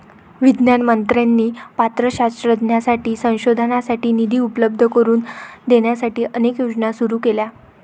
विज्ञान मंत्र्यांनी पात्र शास्त्रज्ञांसाठी संशोधनासाठी निधी उपलब्ध करून देण्यासाठी अनेक योजना सुरू केल्या